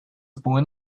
born